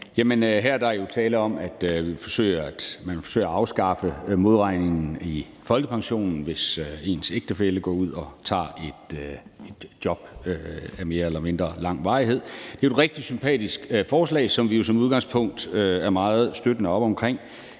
Her er der jo tale om, at man vil forsøge at afskaffe modregningen i folkepensionen, hvis ens ægtefælle går ud og tager et job af mere eller mindre lang varighed. Det er et rigtig sympatisk forslag, som vi som udgangspunkt støtter meget op omkring.